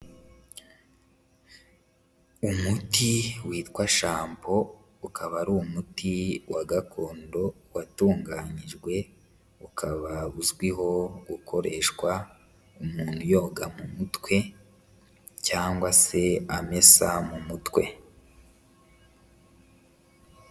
Umuti witwa Shampo ukaba ari umuti wa gakondo watunganyijwe, ukaba uzwiho gukoreshwa umuntu yoga mu mutwe cyangwa se amesa mu mutwe.